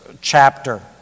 chapter